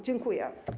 Dziękuję.